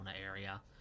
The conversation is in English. area